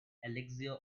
elixir